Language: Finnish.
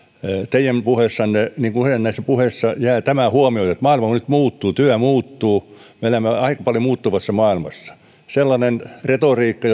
teidän puheissanne jää tämä huomioimatta että maailma nyt muuttuu työ muuttuu me elämme aika paljon muuttuvassa maailmassa sellainen retoriikka